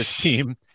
team